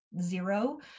zero